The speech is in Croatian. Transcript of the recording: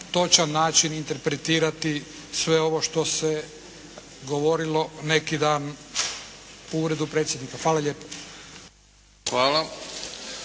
točan način interpretirati sve ovo što se govorilo neki dan u uredu predsjednika. Hvala lijepo.